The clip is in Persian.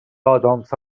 ادامس